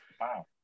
Wow